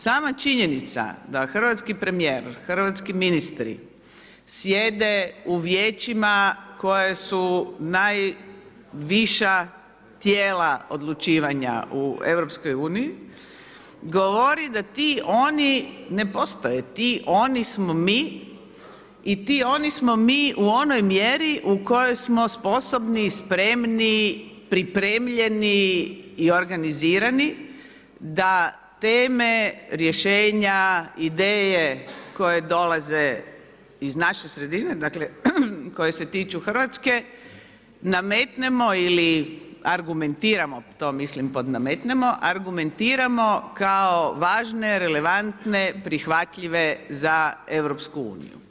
Sama činjenica da hrvatski premijer, hrvatski ministri, sjede u vijećima koja su najviše tijela odlučivanja u EU-u, govori da ti oni ne postoje, ti oni smo mi i ti oni smo mi u onoj mjeri u kojoj smo sposobni, spremni pripremljeni i organizirani da teme, rješenja, ideje koje dolaze iz naše sredine, dakle koje se tiču Hrvatske, nametnemo ili argumentiramo, to mislim pod nametnemo, argumentiramo kao važne, relevantne, prihvatljive za EU.